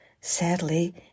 Sadly